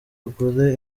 ugure